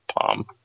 Palm